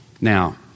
Now